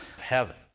heaven